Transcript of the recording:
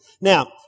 Now